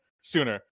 sooner